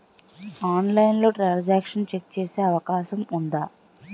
ఆన్లైన్లో transaction check చేసే అవకాశం ఉందా?